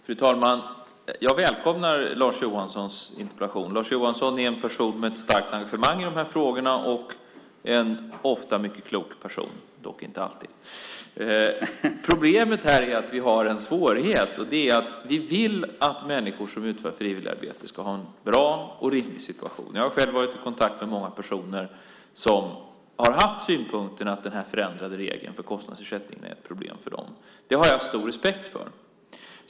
Fru talman! Jag välkomnar Lars Johanssons interpellation. Lars Johansson är en person med ett starkt engagemang i de här frågorna och en ofta mycket klok person, dock inte alltid. Problemet är att vi har en svårighet. Det är att vi vill att människor som utför frivilligarbete ska ha en bra och riktig situation. Jag har själv varit i kontakt med många personer som har haft synpunkten att den förändrade regeln för kostnadsersättning är ett problem för dem. Det har jag stor respekt för.